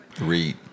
Read